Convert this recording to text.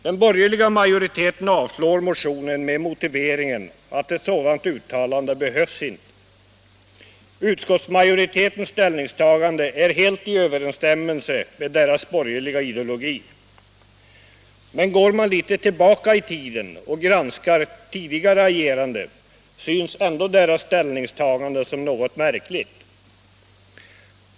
Den borgerliga majoriteten avstyrker motionen med motiveringen att ett sådant uttalande inte behövs. Utskottsmajoritetens ställningstagande är helt i överensstämmelse med majoritetens borgerliga ideologi. Men går man litet tillbaka i tiden och granskar tidigare agerande syns ändå de borgerligas ställningstagande som något märkligt.